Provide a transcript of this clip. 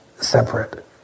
separate